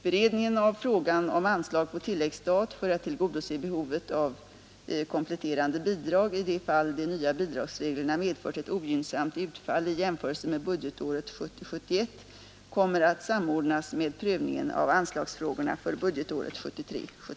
Beredningen av frågan om anslag på tilläggsstat för att tillgodose behovet av kompletterande bidrag i de fall de nya bidragsreglerna medfört ett ogynnsamt utfall i jämförelse med budgetåret 1970 74.